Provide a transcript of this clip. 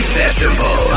festival